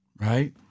right